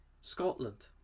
Scotland